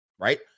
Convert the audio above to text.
Right